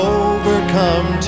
overcome